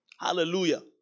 Hallelujah